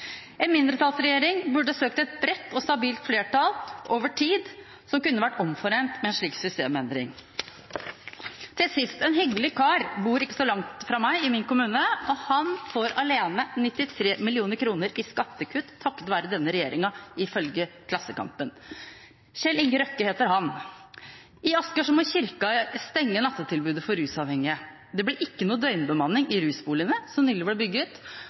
En mindretallsregjering burde søkt et bredt og stabilt flertall over tid som kunne vært forent om en slik systemendring. Til sist: En hyggelig kar som bor i min kommune – ikke så langt fra meg – får alene 93 mill. kr i skattekutt takket være denne regjeringen, ifølge Klassekampen. Kjell Inge Røkke heter han. I Asker må kirka stenge natt-tilbudet for rusavhengige. Det blir ikke noen døgnbemanning i rusboligene som nylig ble bygget.